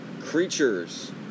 creatures